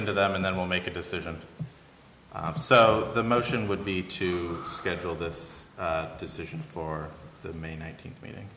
into them and then we'll make a decision so the motion would be to schedule this decision for the may nineteenth meeting